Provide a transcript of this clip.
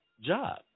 job